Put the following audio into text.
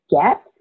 get